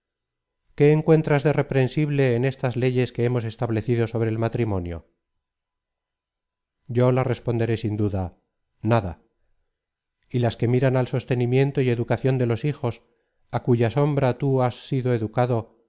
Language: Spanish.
qué encuentras de reprensible en estas leyes que hemos establecido sobre el matrimonio yo la responderé sin dudar nada y las que miran al sostenimiento y educación de los hijos á cuya sombra tú has sido educado